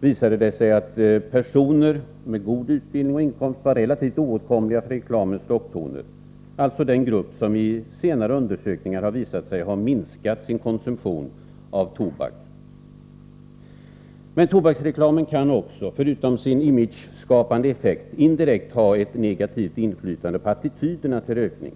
visade sig att personer med god utbildning och inkomst var relativt oåtkomliga för reklamens locktoner. Det är alltså den grupp som i senare undersökningar visat sig ha minskat sin konsumtion av tobak. Men tobaksreklamen kan, förutom sin ”imageskapande” effekt, indirekt också ha ett negativt inflytande på attityderna till rökning.